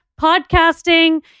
podcasting